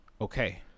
okay